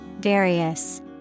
various